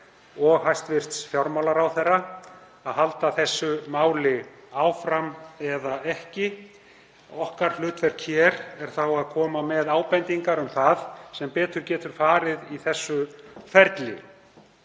og hæstv. fjármálaráðherra að halda þessu máli áfram eða ekki. Okkar hlutverk hér er þá að koma með ábendingar um það sem betur getur farið í þessu ferli.